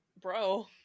Bro